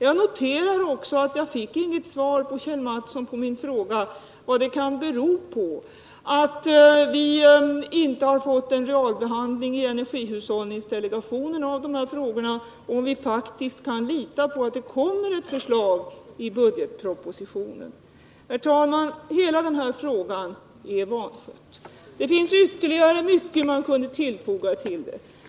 Jag noterar också att jag inte fick något svar när jag frågade Kjell Mattsson vad det kan bero på att vi inte har fått en realbehandling i energihushållningsdelegationen av denna fråga och om vi faktiskt kan lita på att det kommer ett förslag i budgetpropositionen. 15 Herr talman! Hela den här frågan är vanskött. Det finns ytterligare mycket som man kunde tillfoga.